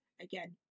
Again